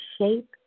shape